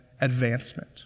advancement